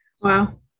Wow